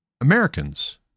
Americans